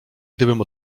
gdybym